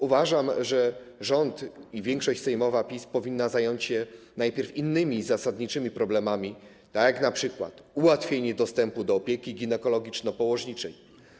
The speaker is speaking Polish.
Uważam, że rząd i większość sejmowa PiS powinni zająć się najpierw innymi zasadniczymi problemami, jak np. ułatwienie dostępu do opieki ginekologiczno-położniczej.